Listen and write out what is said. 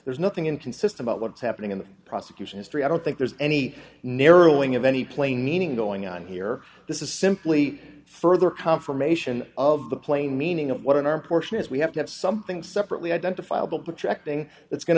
there's nothing inconsistent about what's happening in the prosecution history i don't think there's any narrowing of any plain meaning going on here this is simply further confirmation of the plain meaning of what in our portion is we have to have something separately identifiable projecting that's going